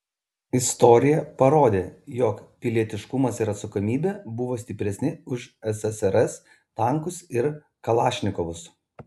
istorija parodė jog pilietiškumas ir atsakomybė buvo stipresni už ssrs tankus ir kalašnikovus